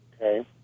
Okay